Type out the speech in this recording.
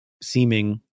seeming